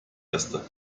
weste